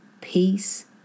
Peace